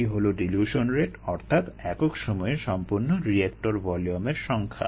D হলো dilution rate অর্থাৎ একক সময়ে সম্পন্ন রিয়েক্টর ভলিওম এর সংখ্যা